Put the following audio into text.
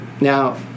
now